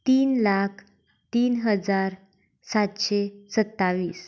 तीन लाख तीन हजार सातशें सत्तावीस